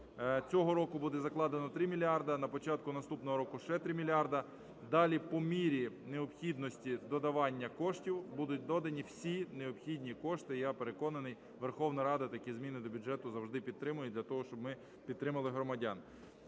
Цього року буде закладено 3 мільярди, на початку наступного року ще 3 мільярди. Далі по мірі необхідності додавання коштів будуть додані всі необхідні кошти. Я переконаний, Верховна Рада такі зміни до бюджету завжди підтримає для того, щоб ми підтримали громадян.